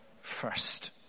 first